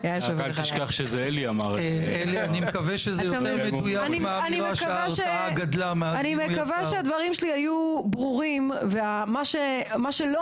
אני מקווה שהדברים שלי היו ברורים ומה שלא